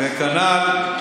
וכנ"ל,